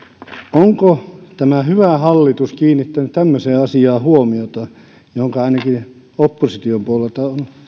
onko tämä hyvä hallitus kiinnittänyt tämmöiseen asiaan huomiota johonka ainakin me opposition puolelta